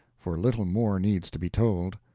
for little more needs to be told.